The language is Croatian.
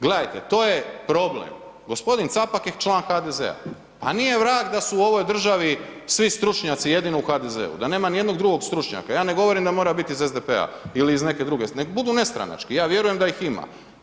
Gledajte to je problem, gospodin Capak je član HDZ-a, pa nije vrag da su u ovoj državi svi stručnjaci jedino u HDZ-u, da nema ni jednog drugog stručnjaka, ja ne govorim da mora biti iz SDP-a ili iz neke druge stranke, nek budu nestranački, ja vjerujem da ih ima.